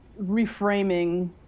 reframing